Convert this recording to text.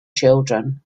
children